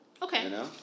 Okay